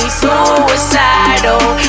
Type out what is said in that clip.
suicidal